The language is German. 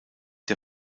der